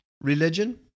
religion